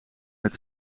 met